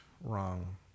wrong